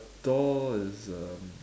door is um